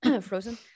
frozen